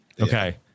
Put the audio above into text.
Okay